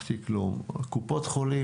לגבי קופות החולים,